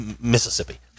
Mississippi